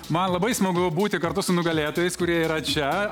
man labai smagu būti kartu su nugalėtojais kurie yra čia